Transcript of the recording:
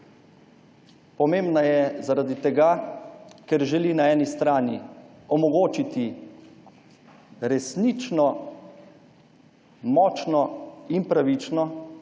Pomembna je zaradi tega, ker želi na eni strani omogočiti resnično močno in pravično,